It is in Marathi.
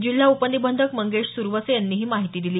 जिल्हा उपनिबंधक मंगेश सुरवसे यांनी ही माहिती दिली